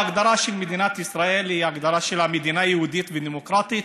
ההגדרה של מדינת ישראל היא הגדרה של מדינה יהודית ודמוקרטית.